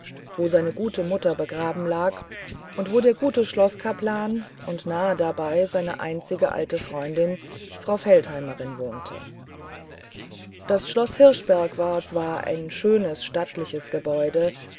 wo seine gute mutter begraben lag und wo der gute schloßkaplan und nahe dabei seine einzige alte freundin frau feldheimerin wohnte das schloß hirschberg war zwar ein schönes stattliches gebäude